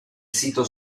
sito